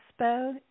Expo